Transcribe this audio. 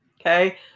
okay